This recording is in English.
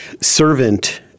servant